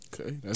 Okay